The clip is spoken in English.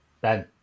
Ben